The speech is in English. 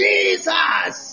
Jesus